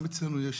גם אצלנו יש